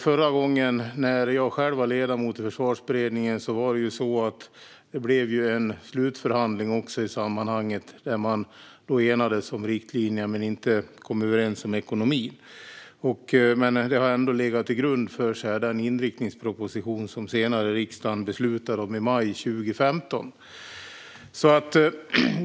Förra gången, när jag själv var ledamot i Försvarsberedningen, blev det också en slutförhandling i sammanhanget där man enades om riktlinjer men inte kom överens om ekonomin. Detta har ändå legat till grund för den inriktningsproposition som riksdagen senare beslutade om i maj 2015.